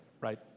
right